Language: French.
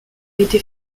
été